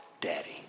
Daddy